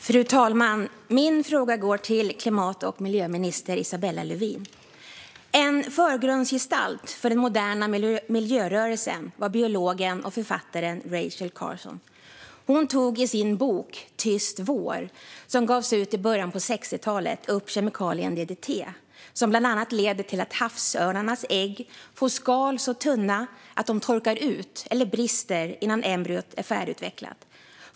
Fru talman! Min fråga går till miljö och klimatminister Isabella Lövin. En förgrundsgestalt för den moderna miljörörelsen var biologen och författaren Rachel Carson. Hon tog i sin bok Tyst vår , som gavs ut i början av 1960-talet, upp kemikalien DDT. DDT leder bland annat till att havsörnarnas ägg får skal som är så tunna att de torkar ut eller brister innan embryot är färdigutvecklat.